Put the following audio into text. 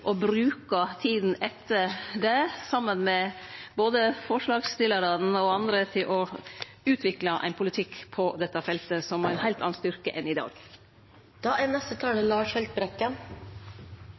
å få til eit regjeringsskifte og bruke tida etter det saman med både forslagsstillarane og andre til å utvikle ein politikk på dette feltet som har ein heilt annan styrke enn i dag.